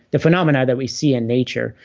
the phenomena that we see in nature.